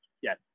yes